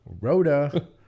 Rhoda